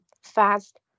fast